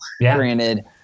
granted